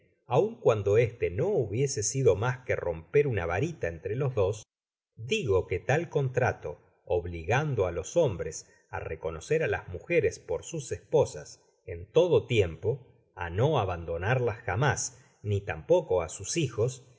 aun cuando este no hubiese sido mas que romper una varita entre los dos digo que tal contrato obligando á los'hombres á reconocerá las mujeres por sus esposas en todo tiempo á no abandonarlas jamás ni tampoco á sus hijos